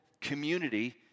community